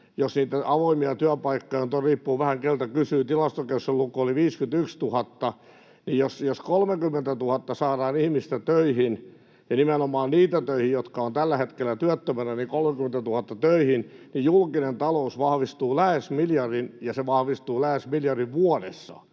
jos niitä avoimia työpaikkoja nyt on — riippuu vähän, keltä kysyy, tämä on Tilastokeskuksen luku — 51 000 ja jos 30 000 ihmistä saadaan töihin ja nimenomaan niitä, jotka ovat tällä hetkellä työttömänä, saadaan 30 000 töihin, niin julkinen talous vahvistuu lähes miljardin, se vahvistuu lähes miljardin vuodessa: